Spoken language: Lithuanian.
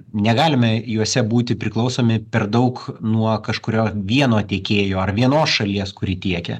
negalime juose būti priklausomi per daug nuo kažkurio vieno tiekėjo ar vienos šalies kuri tiekia